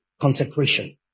consecration